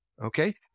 Okay